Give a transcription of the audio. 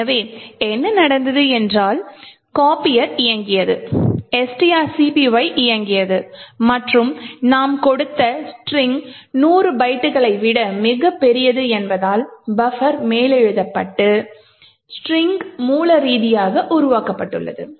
எனவே என்ன நடந்தது என்றால் copier இயக்கியது strcpy இயக்கியது மற்றும் நாம் கொடுத்த ஸ்ட்ரிங் 100 பைட்டுகளை விட மிகப் பெரியது என்பதால் பஃபர் மேலெழுதப்பட்டு ஸ்ட்ரிங் மூல ரீதியாக உருவாக்கப்பட்டுள்ளது